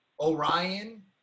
orion